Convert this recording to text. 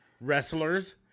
wrestlers